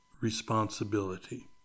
responsibility